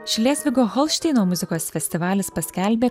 šlezvigo holšteino muzikos festivalis paskelbė